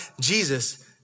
Jesus